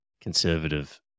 conservative